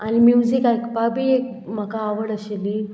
आनी म्युजीक आयकपा बी एक म्हाका आवड आशिल्ली